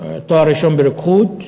תואר ראשון ברוקחות,